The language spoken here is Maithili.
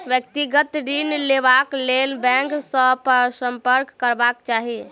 व्यक्तिगत ऋण लेबाक लेल बैंक सॅ सम्पर्क करबाक चाही